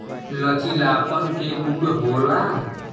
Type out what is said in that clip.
लचीलापन के गुण होला